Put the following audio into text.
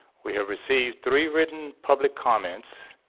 we have received three written public comments